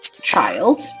child